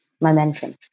momentum